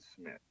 Smith